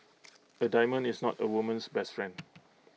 A diamond is not A woman's best friend